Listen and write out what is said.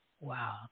Wow